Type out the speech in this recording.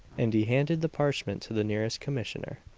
and he handed the parchment to the nearest commissioner.